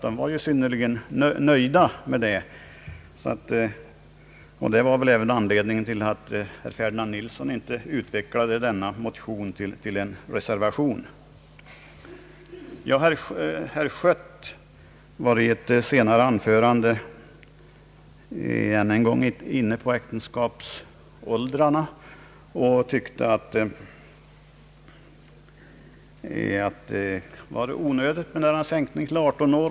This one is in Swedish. De var alltså synnerligen nöjda, och det var väl av den anledningen Ferdinand Nilsson inte utvecklade denna motion till en reservation. Herr Schött tog i ett senare anförande än en gång upp frågan om äktenskapsåldrarna och ansåg att det var onödigt med en sänkning till 18 år.